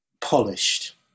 polished